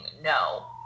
no